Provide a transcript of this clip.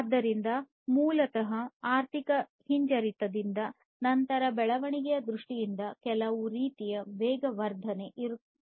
ಆದ್ದರಿಂದ ಮೂಲತಃ ಆರ್ಥಿಕ ಹಿಂಜರಿತದಿಂದ ನಂತರ ಬೆಳವಣಿಗೆಯ ದೃಷ್ಟಿಯಿಂದ ಕೆಲವು ರೀತಿಯ ವೇಗವರ್ಧನೆ ಇರುತ್ತದೆ